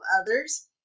others